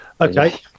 Okay